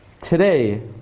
today